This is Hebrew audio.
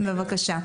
בבקשה.